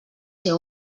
ser